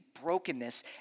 brokenness